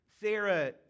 Sarah